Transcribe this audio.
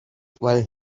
while